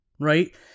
right